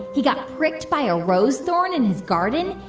he got pricked by a rose thorn in his garden.